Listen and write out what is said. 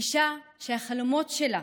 אישה שהחלומות שלה